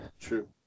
true